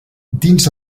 dins